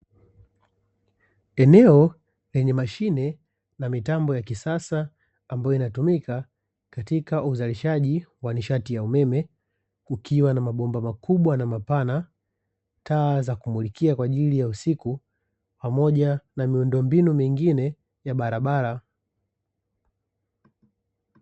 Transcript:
Eneo lenye mashine na mitambo ya kisasa ambayo inatumika katika uzalishaji wa nishati ya umeme kukiwa na mabomba makubwa na mapana, taa za kumulikia kwa ajili ya usiku pamoja na miundombinu mingine ya barabara.